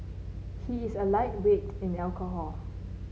he is a lightweight in alcohol